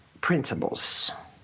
principles